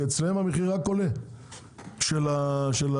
כי אצלם המחיר רק עולה של הקולה?